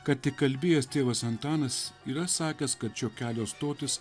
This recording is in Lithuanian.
ką tik kalbėjęs tėvas antanas yra sakęs kad šio kelio stotis